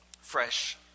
fresh